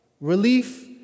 relief